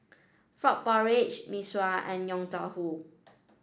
Frog Porridge Mee Sua and Yong Tau Foo